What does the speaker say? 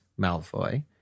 Malfoy